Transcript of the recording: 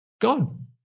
God